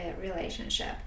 relationship